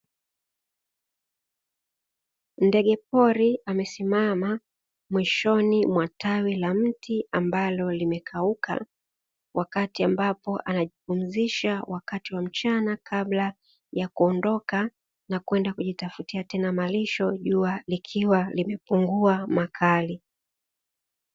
Ndege pori amesimama mwishoni mwa tawi la mti ambalo limekauka wakati, ambapo anajipumzisha wakati wa mchana kabla ya kuondoka na kwenda kujitafuta tena malisho, jua likiwa limepungua makali.